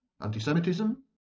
Anti-Semitism